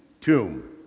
tomb